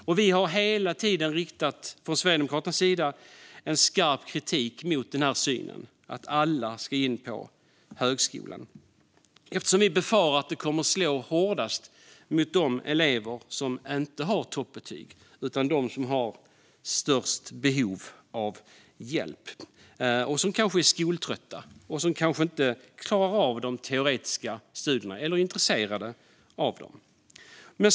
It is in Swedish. Från Sverigedemokraternas sida har vi hela tiden riktat skarp kritik mot synen att alla ska in på högskolan. Vi befarar att det kommer att slå hårdast mot de elever som inte har toppbetyg utan har störst behov av hjälp. Dessa elever kanske är skoltrötta och kanske inte klarar av - eller är intresserade av - de teoretiska studierna.